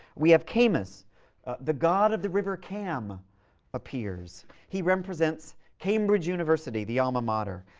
we have camus the god of the river cam appears. he represents cambridge university, the alma mater,